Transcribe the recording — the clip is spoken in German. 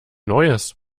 neues